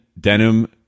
denim